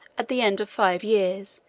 at the end of five years,